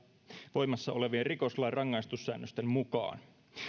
voimassa olevien rikoslain rangaistussäännösten mukaan